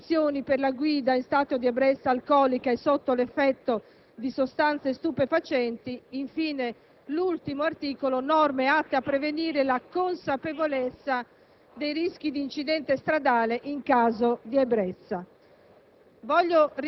sull'uso dei cellulari durante la guida; maggiori sanzioni e restrizioni per la guida in stato di ebbrezza alcolica e sotto l'effetto di sostanze stupefacenti; infine - l'ultimo articolo - norme atte a promuovere la consapevolezza